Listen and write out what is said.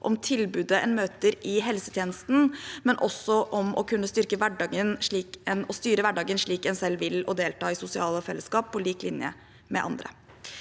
om tilbudet en møter i helsetjenesten, men også om å kunne styre hverdagen slik en selv vil og delta i sosiale fellesskap på lik linje med andre.